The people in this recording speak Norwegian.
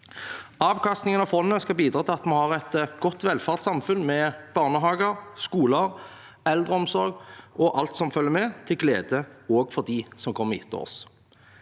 Avkastningen av fondet skal bidra til at vi har et godt velferdssamfunn med barnehager, skoler, eldreomsorg og alt som følger med, til glede også for dem som kommer etter oss,